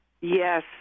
Yes